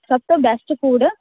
ਸਭ ਤੋਂ best food